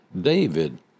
David